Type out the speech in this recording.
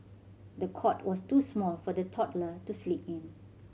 the cot was too small for the toddler to sleep in